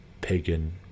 pagan